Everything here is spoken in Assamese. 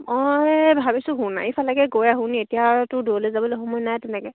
মই ভাবিছোঁ সোণাৰি ফালেকে গৈ আহোনি এতিয়াতো দূৰলৈ যাবলৈ সময় নাই তেনেকৈ